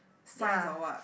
ya